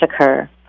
occur